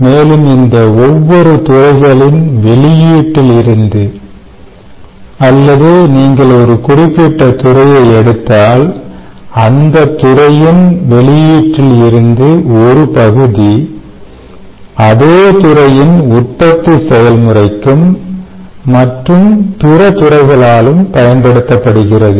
மேலும் இந்த ஒவ்வொரு துறைகளின் வெளியீட்டில் இருந்து அல்லது நீங்கள் ஒரு குறிப்பிட்ட துறையை எடுத்தால் அந்த துறையின் வெளியீட்டில் இருந்து ஒரு பகுதி அதே துறையின் உற்பத்திசெயல்முறைக்கும் மற்றும் பிற துறைகளாலும் பயன்படுத்தப்படுகிறது